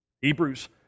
Hebrews